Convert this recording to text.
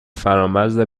فرامرز